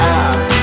up